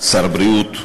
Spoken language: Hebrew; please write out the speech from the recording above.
שר הבריאות.